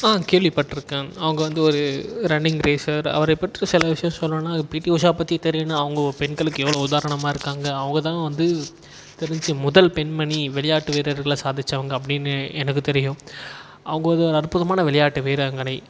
ஆ கேள்விபட்டுருக்கேன் அவங்க வந்து ஒரு ரன்னிங் ரேசர் அவரை பற்றி சில விஷயம் சொல்லனும்னா பி டி உஷா பற்றி தெரியணும் அவங்க பெண்களுக்கு எவ்வளோ உதாரணமாக இருக்காங்க அவங்க தான் வந்து தெரிஞ்ச முதல் பெண்மணி விளையாட்டு வீரர்களை சாதிச்சவங்க அப்படினு எனக்கு தெரியும் அவங்க வந்து ஒரு அற்புதமான விளையாட்டு வீராங்கனை